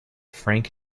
frank